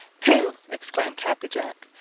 pooh! exclaimed happy jack.